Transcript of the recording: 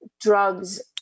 drugs